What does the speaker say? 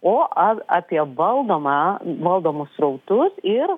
o a apie valdomą valdomus srautus ir